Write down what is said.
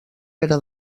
pere